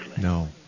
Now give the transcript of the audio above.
No